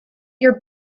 your